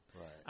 Right